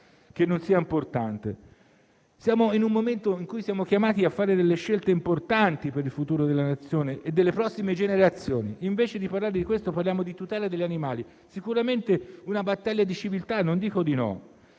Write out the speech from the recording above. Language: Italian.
che non sia rilevante; tuttavia, in un momento in cui siamo chiamati a fare scelte importanti per il futuro della Nazione e delle prossime generazioni, invece di parlare di questo parliamo di tutela degli animali. Sicuramente è una battaglia di civiltà, non dico il